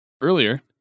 Earlier